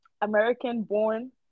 American-born